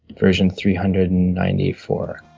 version three hundred and ninety four.